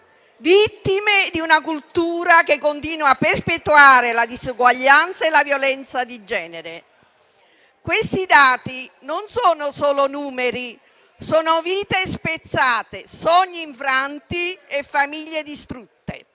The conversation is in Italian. vittime di una cultura che continua a perpetuare la disuguaglianza e la violenza di genere. Questi dati non sono solo numeri; sono vite spezzate, sogni infranti e famiglie distrutte.